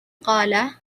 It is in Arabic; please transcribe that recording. قاله